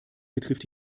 betrifft